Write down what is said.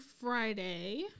Friday